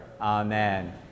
amen